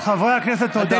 חברי הכנסת, תודה.